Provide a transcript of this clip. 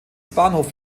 bahnhof